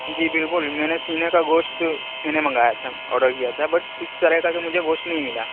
جی بالکل میں نے سینے کا گوشت میں نے منگایا تھا آرڈر کیا تھا بٹ اس طرح کا جو مجھے گوشت نہیں ملا